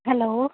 hello